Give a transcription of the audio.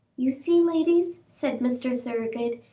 you see, ladies, said mr. thoroughgood,